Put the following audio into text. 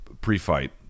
pre-fight